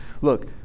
look